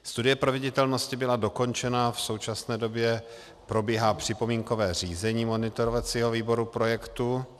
Studie proveditelnosti byla dokončena a v současné době probíhá připomínkové řízení monitorovacího výboru projektu.